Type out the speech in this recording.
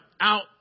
out